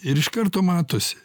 ir iš karto matosi